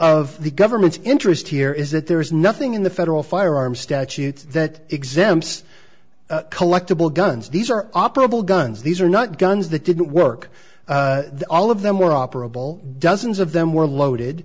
of the government's interest here is that there is nothing in the federal firearms statute that exempts collectable guns these are operable guns these are not guns that didn't work all of them were operable dozens of them were loaded